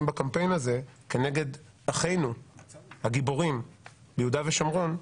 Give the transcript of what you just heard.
בקמפיין הזה כנגד אחינו הגיבורים ביהודה ושומרון,